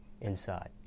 inside